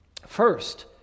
First